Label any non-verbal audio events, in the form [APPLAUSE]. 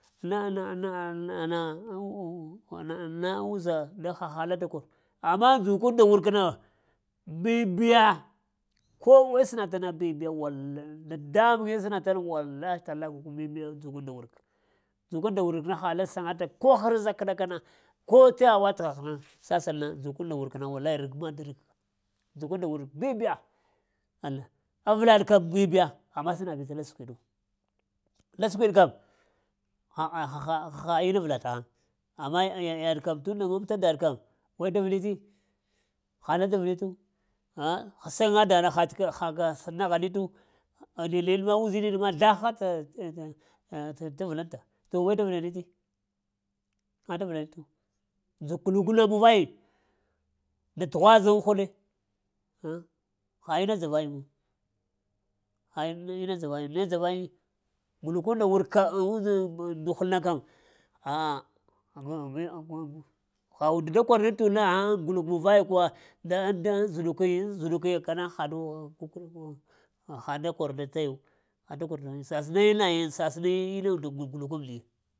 Na- na- na [HESITATION] uza da haha la da kor amma dzukunda gurkana bibiya kowa sənata na bibiya wal [HESITATION] dadambune sənat wallahi tallahi dzukunda wurkna haɗ la sənŋata ko harza kəɗakana ko tawa watəgha səsalna ndzuk nda wurkna [UNINTELLIGIBLE] ndzuknda wurk bibiya. Avlaɗ kəm bibiya amma sənabi təla səkwiɗu, la skwiɗ kam a'a haha inna avla təŋ amma yaɗ kam tunda məmta daɗ kəm way da vəliti, hala da vəlitu, ah səgaŋa daɗa ha-h naghanitu neɗ-neɗ ma uzininizlaha kə dzov't [HESITATION] tə vəlanta to way da vəlaniti, way da vəlaniti dzuk gluk na vayayiŋ nda tughwazən huɗe eh ha inna dzavayuŋu, ha inna dzavayuŋu ne dzavayiŋi? Glukunda wurka [HESITATION] nduhul na kəm ha [HESITATION] ha und da kwaribtw na aghaŋ gluk muvayaku [UNINTELLIGIBLE] kana haɗu haɗ da kor tayu, ha təkor taya səsani nayiŋ sasəni munda maga nayiŋ.